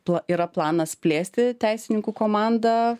tuo yra planas plėsti teisininkų komandą